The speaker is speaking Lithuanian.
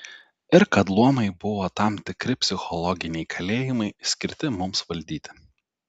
ir kad luomai buvo tam tikri psichologiniai kalėjimai skirti mums valdyti